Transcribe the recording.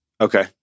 Okay